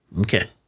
Okay